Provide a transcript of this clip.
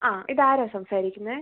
അ ഇതാരാണ് സംസാരിക്കുന്നത്